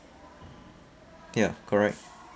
ya correct